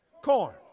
Corn